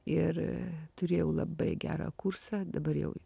ir turėjau labai gerą kursą dabar jau